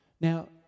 Now